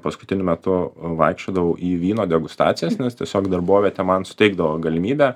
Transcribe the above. paskutiniu metu vaikščiodavau į vyno degustacijas nes tiesiog darbovietė man suteikdavo galimybę